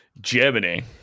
Germany